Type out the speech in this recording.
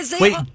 wait